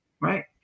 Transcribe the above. right